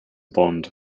bond